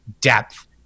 depth